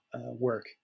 work